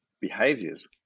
behaviors